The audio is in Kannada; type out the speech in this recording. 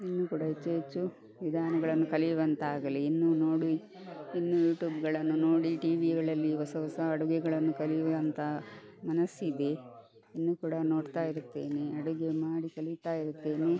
ಇನ್ನು ಕೂಡ ಹೆಚ್ಚು ಹೆಚ್ಚು ವಿಧಾನಗಳನ್ನು ಕಲಿಯುವಂತಾಗಲಿ ಇನ್ನು ನೋಡಿ ಇನ್ನು ಯೂಟ್ಯೂಬ್ಗಳನ್ನು ನೋಡಿ ಟಿವಿಗಳಲ್ಲಿ ಹೊಸ ಹೊಸಾ ಅಡುಗೆಗಳನ್ನು ಕಲಿಯುವಂತಹ ಮನಸ್ಸಿದೆ ಇನ್ನು ಕೂಡ ನೋಡ್ತಾ ಇರ್ತೀನಿ ಅಡುಗೆ ಮಾಡಿ ಕಲಿತಾ ಇರ್ತೀನಿ